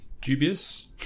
dubious